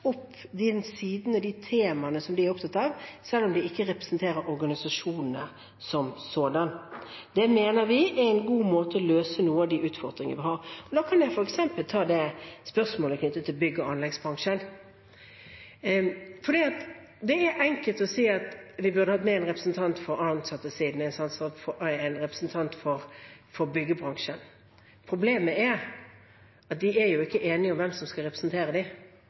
de temaene, som de er opptatt av, selv om de ikke representerer organisasjonene som sådanne. Det mener vi er en god måte å løse noen av de utfordringene på. Da kan jeg f.eks. ta spørsmålet knyttet til bygg- og anleggsbransjen. Det er enkelt å si at vi burde ha med én representant for ansattesiden og én representant for byggebransjen. Problemet er at de ikke er enige om hvem som skal representere